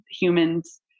humans